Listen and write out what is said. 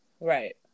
Right